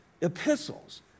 epistles